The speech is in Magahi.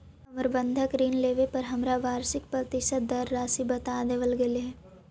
हमर बंधक ऋण लेवे पर हमरा वार्षिक प्रतिशत दर राशी बता देवल गेल हल